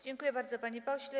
Dziękuję bardzo, panie pośle.